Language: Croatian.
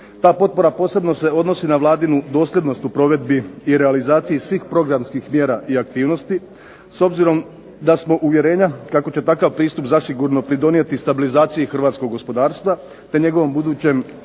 Ta potpora posebno se odnosi na vladinu dosljednost u provedbi i realizaciji svih programskih mjera i aktivnosti s obzirom da smo uvjerenja kako će takav pristup zasigurno pridonijeti stabilizaciji hrvatskog gospodarstva, te njegovom budućem